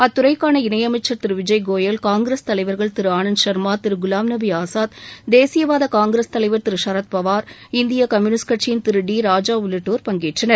அத்துறைக்கான இணையமைச்சர் திரு விஜய்கோயல் காங்கிரஸ் தலைவர்கள் திரு ஆனந்த் ஷர்மா திரு குலாம் நபி ஆஸாத் தேசியவாத காங்கிரஸ் தலைவர் திரு சரத்பவார் இந்திய கம்யூனிஸ்ட் கட்சியின் திரு டி ராஜா உள்ளிட்டோர் பங்கேற்றனர்